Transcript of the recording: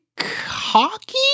hockey